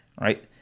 Right